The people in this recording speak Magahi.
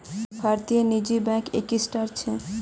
भारतत निजी बैंक इक्कीसटा छ